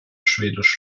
schwedisch